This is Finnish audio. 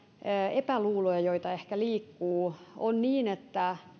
epäluuloja joita ehkä liikkuu on niin että